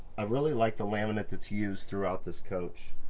i really like the laminate that's used throughout this coach.